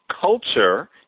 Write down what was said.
culture